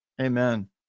Amen